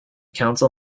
council